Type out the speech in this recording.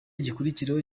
gikurikiraho